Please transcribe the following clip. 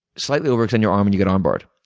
slightly overextend your arm and you get arm-barred,